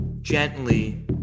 gently